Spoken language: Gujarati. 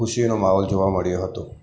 ખુશીનો માહોલ જોવા મળ્યો હતો